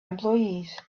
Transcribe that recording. employees